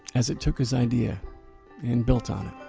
as it took his idea and built on